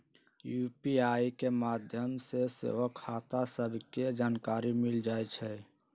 UPI के माध्यम से सेहो खता सभके जानकारी मिल जाइ छइ